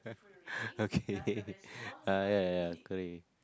okay uh ya ya okay